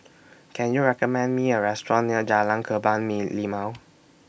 Can YOU recommend Me A Restaurant near Jalan Kebun Me Limau